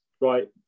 right